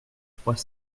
trois